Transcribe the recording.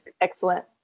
Excellent